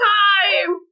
time